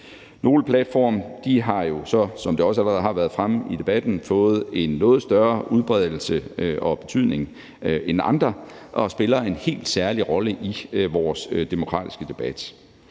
Nogle platforme har så, som det også har været fremme i debatten, fået en noget større udbredelse og betydning end andre og spiller en helt særlig rolle i vores demokratiske debat.